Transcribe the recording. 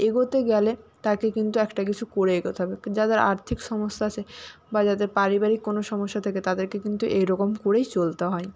এগোতে গেলে তাকে কিন্তু একটা কিছু করে এগোতে হবে যাদের আর্থিক সমস্যা সে বা যাদের পারিবারিক কোনো সমস্যা থাকে তাদেরকে কিন্তু এই রকম করেই চলতে হয়